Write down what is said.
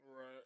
Right